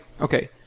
Okay